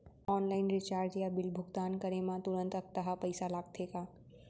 Online recharge या bill भुगतान करे मा तुरंत अक्तहा पइसा लागथे का?